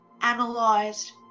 analyzed